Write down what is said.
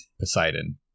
Poseidon